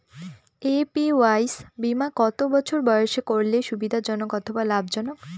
APY বীমা কত বছর বয়সে করলে সুবিধা জনক অথবা লাভজনক?